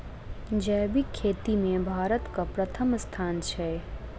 जैबिक खेती मे भारतक परथम स्थान छै